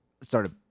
started